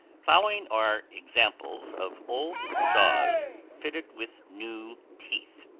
following are examples of old saws fitted with new teeth.